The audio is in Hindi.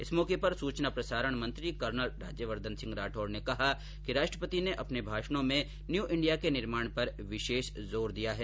इस मौके पर सूचना प्रसारण मंत्री कर्नल राज्यवर्द्वन सिंह राठौड ने कहा कि राष्ट्रपति ने अपने भाषणों में न्यू इंडिया के निर्माण पर विशेष जोर दिया है